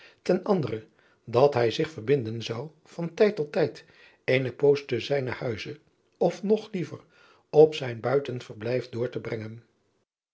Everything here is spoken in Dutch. en andere dat hij zich verbinden zou van tijd tot tijd eene poos ten zijnen huize of nog liever op zijn buitenverblijf door te brengen